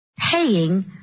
paying